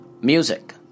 Music